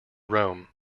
rome